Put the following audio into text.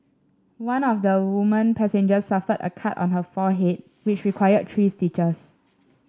one of the woman passengers suffered a cut on her forehead which required three stitches